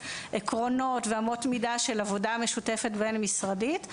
עקרונות ואמות מידה של עבודה משותפת בין משרדית.